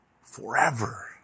Forever